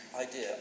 idea